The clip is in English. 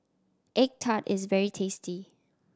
egg tart is very tasty